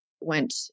went